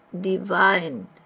divine